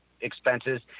expenses